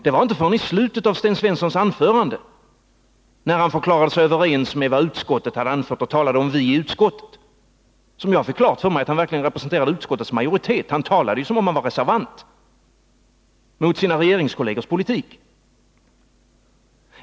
Det var inte förrän i slutet av Sten Svenssons anförande, när han talade om ”vi i utskottet”, som jag fick klart för mig att han representerade utskottsmajoriteten — han talade ju som en reservant mot sina regeringskollegers politik.